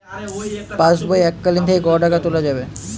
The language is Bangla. পাশবই এককালীন থেকে কত টাকা তোলা যাবে?